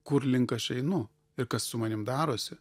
kurlink aš einu ir kas su manim darosi